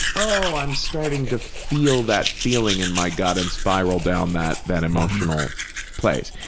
oh, i'm starting to feel that feeling in my gut and spiral down that that emotional place,